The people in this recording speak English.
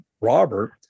Robert